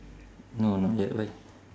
no not yet why